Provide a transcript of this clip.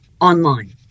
online